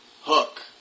Hook